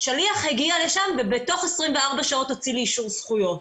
שליח הגיע לשם ובתוך 24 שעות הוציא לי אישור זכויות.